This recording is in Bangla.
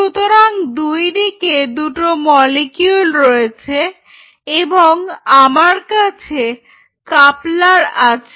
সুতরাং দুই দিকে দুটো মলিকিউল রয়েছে এবং আমার কাছে কাপলার আছে